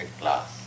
class